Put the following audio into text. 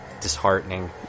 disheartening